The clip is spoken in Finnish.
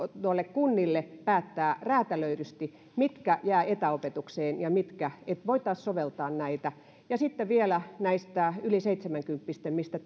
kunnille päättää räätälöidysti mitkä koulut jäävät etäopetukseen ja mitkä eivät että voitaisiin soveltaa näitä sitten vielä nämä yli seitsemänkymppiset mistä